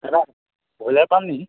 দাদা ব্ৰইলাৰ পাম নেকি